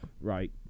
Right